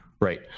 Right